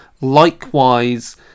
likewise